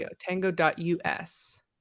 Tango.us